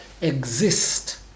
exist